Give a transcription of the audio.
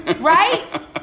right